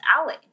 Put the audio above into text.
Alley